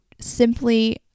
simply